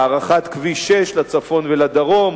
בהארכת כביש 6 לצפון ולדרום,